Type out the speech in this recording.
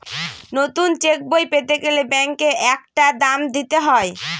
নতুন চেকবই পেতে গেলে ব্যাঙ্কে একটা দাম দিতে হয়